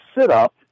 sit-up